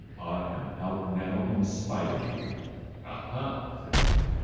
i am out now in spite of you aha! said he,